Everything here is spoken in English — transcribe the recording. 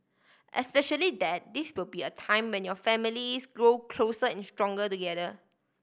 especially that this will be a time when your families grow closer and stronger together